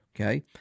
Okay